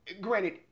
Granted